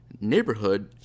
neighborhood